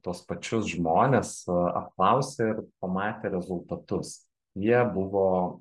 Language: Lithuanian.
tuos pačius žmones apklausė ir pamatė rezultatus jie buvo